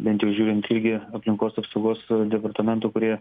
bent jau žiūrint irgi aplinkos apsaugos departamento kurie